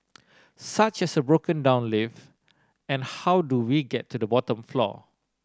such as a broken down lift and how do we get to the bottom floor